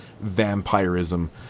vampirism